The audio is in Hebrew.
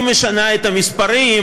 היא משנה את המספרים,